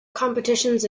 competitions